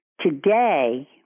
Today